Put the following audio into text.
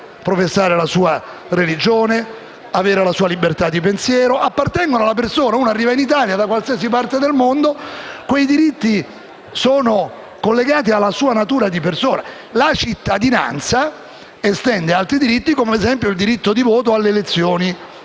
professare la propria religione, avere la propria libertà di pensiero sono diritti che appartengono alla persona, a chiunque arrivi in Italia da qualsiasi parte del mondo; quei diritti sono collegati alla sua natura di persona. La cittadinanza estende altri diritti come, ad esempio, il diritto di voto alle elezioni politiche